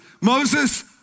Moses